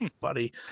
buddy